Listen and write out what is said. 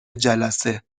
جلسه